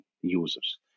users